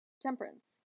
Temperance